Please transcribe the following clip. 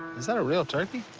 is that a real turkey?